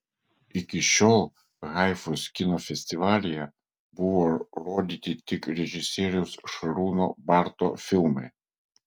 iki šiol haifos kino festivalyje buvo rodyti tik režisieriaus šarūno barto filmai